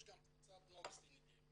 יש גם את קבוצת נובוסטי נידיילי,